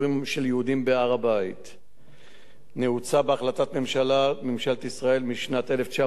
בהר-הבית נעוצה בהחלטת ממשלת ישראל משנת 1967,